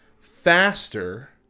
faster